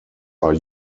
are